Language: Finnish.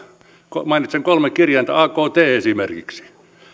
ja mainitsen kolme kirjainta akt esimerkiksi